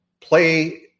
play